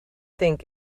think